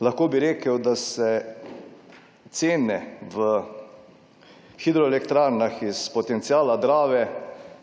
lahko bi rekel, da se cene v hidroelektrarnah iz potenciala Drave